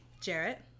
Jarrett